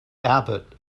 abbot